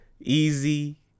easy